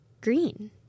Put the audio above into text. Green